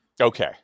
Okay